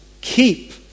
keep